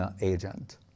agent